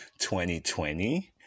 2020